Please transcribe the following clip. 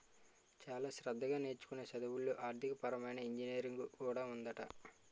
చాలా శ్రద్ధగా నేర్చుకునే చదువుల్లో ఆర్థికపరమైన ఇంజనీరింగ్ కూడా ఉందట